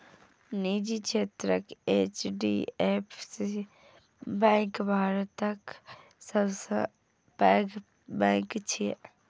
निजी क्षेत्रक HDFC bank भारतक सबसं पैघ बैंक छियै